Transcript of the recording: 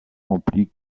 remplie